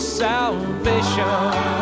salvation